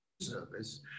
Service